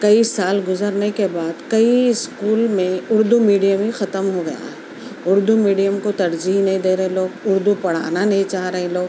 کئی سال گزرنے کے بعد کئی اسکول میں اُردو میڈیم ہی ختم ہو گیا ہے اُردو میڈیم کو ترجیح نہیں دے رہے لوگ اُردو پڑھانا نہیں چاہ رہے لوگ